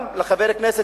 גם לחבר הכנסת,